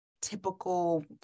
typical